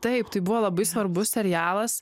taip tai buvo labai svarbus serialas